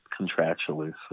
contractually